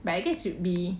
but I think it should be